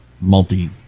multi